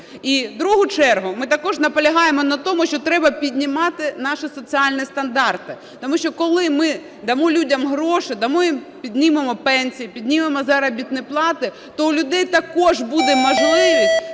І в другу чергу ми також наполягаємо на тому, що треба піднімати наші соціальні стандарти, тому що коли ми дамо людям гроші, піднімемо пенсії, піднімемо заробітні плати, то у людей також буде можливість